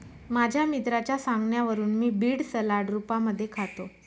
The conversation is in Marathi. माझ्या मित्राच्या सांगण्यावरून मी बीड सलाड रूपामध्ये खातो